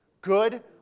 Good